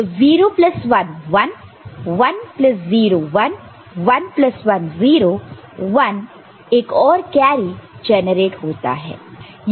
तो 01 1 10 1 110 1 और एक कैरी जनरेट होता है